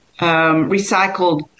recycled